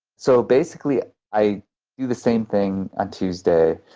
so basically i do the same thing on tuesday,